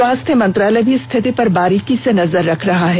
स्वास्थ्य मंत्रालय भी स्थिति पर बारीकी से नजर रख रहा है